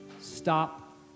stop